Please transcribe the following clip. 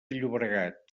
llobregat